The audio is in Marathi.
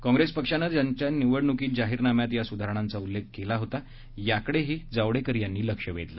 काँप्रेस पक्षाने त्यांच्या निवडणूक जाहीरनाम्यात या सुधारणांचा उल्लेख केला होता याकडे जावडेकर यांनी लक्ष वेधलं